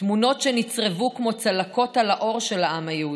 תמונות שנצרבו כמו צלקות על העור של העם היהודי.